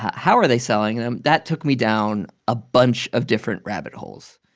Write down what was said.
how are they selling them? that took me down a bunch of different rabbit holes